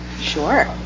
Sure